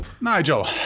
Nigel